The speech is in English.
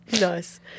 Nice